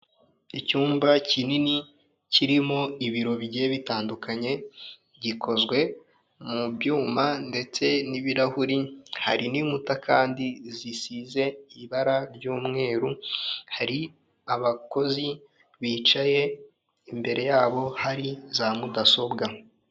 Icyumba kinini kirimo ibiro bigiye bitandukanye gikozwe mu byuma ndetse n'ibirahuri hari n'inkuta kandi zisize ibara ry'umweru hari abakozi bicaye imbere yabo hari za mudasobwa.